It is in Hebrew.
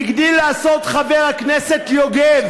הגדיל לעשות חבר הכנסת יוגב,